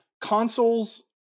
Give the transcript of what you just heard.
consoles